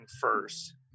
first